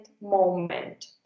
moment